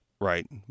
right